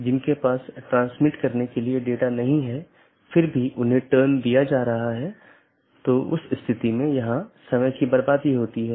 एक stub AS केवल स्थानीय ट्रैफ़िक ले जा सकता है क्योंकि यह AS के लिए एक कनेक्शन है लेकिन उस पार कोई अन्य AS नहीं है